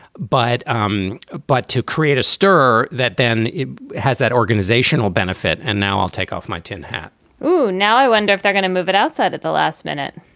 but um but to create a stir that then has that organizational benefit. and now i'll take off my tin hat now, i wonder if they're going to move it outside at the last minute